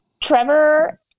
Trevor